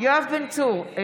יואב בן צור,